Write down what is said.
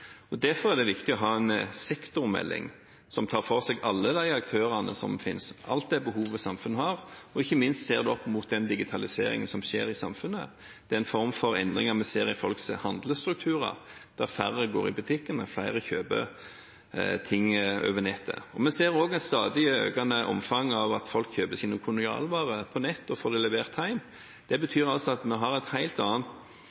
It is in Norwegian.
Derfor er det viktig å ha en sektormelding som tar for seg alle aktørene som finnes, alle behovene samfunnet har, og ikke minst ser det opp mot den digitaliseringen som skjer i samfunnet – den form for endringer vi ser i folks handlestrukturer, der færre går i butikken og flere kjøper ting på nettet. Vi ser også et stadig økende omfang av at folk kjøper kolonialvarer på nettet og får dem levert hjem. Det betyr at vi har et helt annet